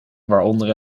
waaronder